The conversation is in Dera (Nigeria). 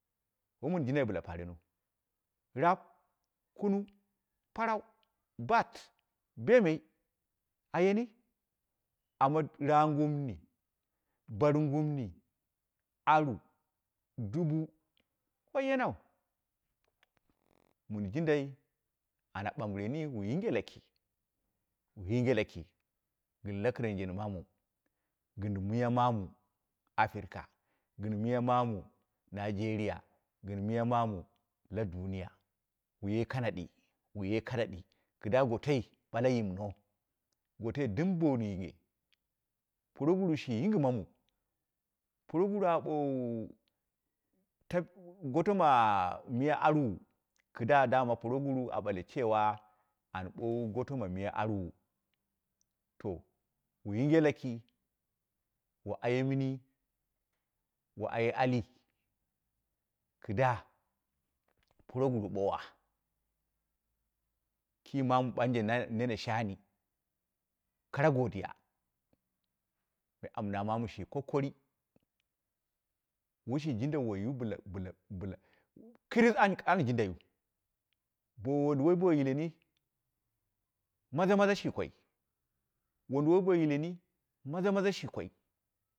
Wo mɨn jindai bɨla paghremiu, racob kumu, paran, baat, bemai, a yeni amma ram gummi, baar gumni aru, dubu, wai yanau, mɨn jindai ana bambɨren yi wu yinge laki wu yinge laki, gɨn lakɨrjen mamu gɨr miyu mamu africa, miya mamu najeriya, gɨr miya mamu la duniya kuye kanaɗi, wuye kanaɗi gɨda gotoi ɓale yimno go toi dimbo wu nine, proguru shi yingɨ mamu, proguwu a bowu towu goto ma miya arwu leida dama proguru a bale cewa an bowu goto ma miya arwu, to wu yinge laki, wu aye mini wu aye alii, kida proguru ɓowa kii banje mamau na nene shani kara godiya, amna manu shi kokari, wai shi ɗinda waiwu bɨla bɨla kiris an jindai wu bo wunduwai bo yileni, maza maza shi koi, wunduwai bo yileni maza maza shi woi